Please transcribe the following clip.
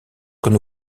qu’on